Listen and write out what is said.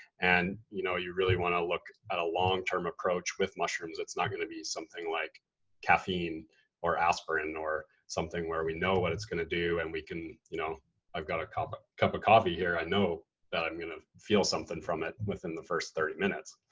and you know you really wanna look at a longterm approach with mushrooms. it's not gonna be something like caffeine or aspirin or something where we know what it's gonna do. and we can, you know i've got a cup a cup of coffee here. i know that i'm gonna feel something from it within the first thirty minutes.